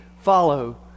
follow